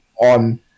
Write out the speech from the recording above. on